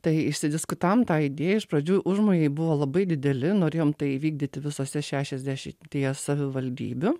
tai išsidiskutavom tą idėją iš pradžių užmojai buvo labai dideli norėjom tai įvykdyti visose šešiasdešimtyje savivaldybių